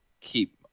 keep